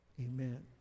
amen